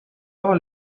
all